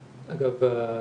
--- אגב,